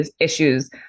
issues